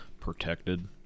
Protected